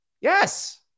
Yes